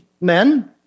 men